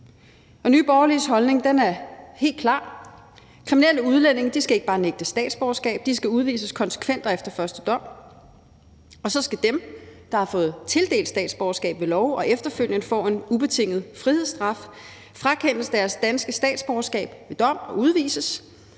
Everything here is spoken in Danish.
Nye Borgerliges holdning er helt klar: Kriminelle udlændinge skal ikke bare nægtes statsborgerskab, de skal udvises konsekvent og efter første dom, og så skal dem, der har fået tildelt statsborgerskab ved lov og efterfølgende får en ubetinget frihedsstraf, frakendes deres danske statsborgerskab ved dom og udvises,